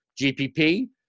GPP